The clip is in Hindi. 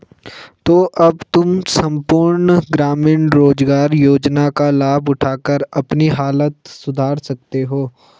तो अब तुम सम्पूर्ण ग्रामीण रोज़गार योजना का लाभ उठाकर अपनी हालत सुधार सकते हो